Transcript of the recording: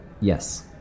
Yes